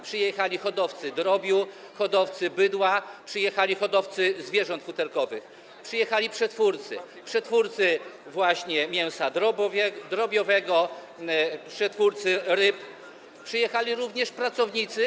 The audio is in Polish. Przyjechali hodowcy drobiu, hodowcy bydła, przyjechali hodowcy zwierząt futerkowych, przyjechali przetwórcy - przetwórcy mięsa drobiowego, przetwórcy ryb - przyjechali również pracownicy.